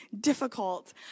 difficult